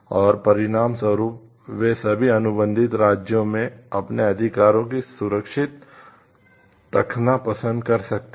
और परिणामस्वरूप वे सभी अनुबंधित राज्यों में अपने अधिकारों को सुरक्षित रखना पसंद कर सकते हैं